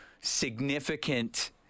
significant